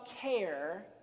care